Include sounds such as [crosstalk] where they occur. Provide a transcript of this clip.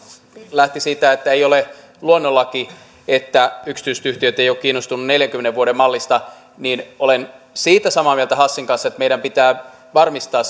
lähti siitä että ei ole luonnonlaki että yksityiset yhtiöt eivät ole kiinnostuneet neljänkymmenen vuoden mallista niin olen siitä samaa mieltä hassin kanssa että meidän pitää varmistaa [unintelligible]